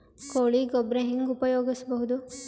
ಕೊಳಿ ಗೊಬ್ಬರ ಹೆಂಗ್ ಉಪಯೋಗಸಬಹುದು?